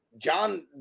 john